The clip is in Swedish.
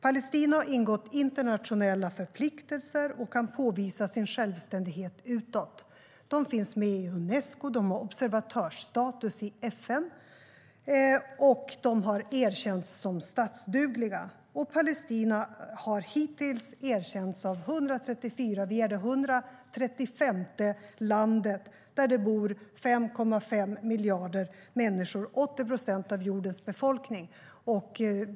Palestina har ingått internationella förpliktelser och kan påvisa sin självständighet utåt. De finns med i Unesco, de har observatörsstatus i FN och de har erkänts som statsdugliga. Palestina har tidigare erkänts av 134 länder - vi är det 135:e landet - där det tillsammans bor 5,5 miljarder människor, 80 procent av jordens befolkning.